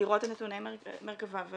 לראות את נתוני מרכב"ה ו